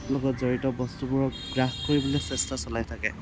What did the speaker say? লগত জড়িত বস্তুবোৰ গ্ৰাহ কৰিবলৈ চেষ্টা চলাই থাকে